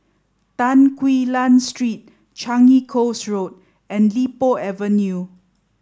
Tan Quee Lan Street Changi Coast Road and Li Po Avenue